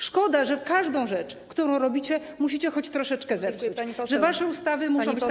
Szkoda, że każdą rzecz, którą robicie, musicie choć troszeczkę zepsuć, że wasze ustawy muszą być takie.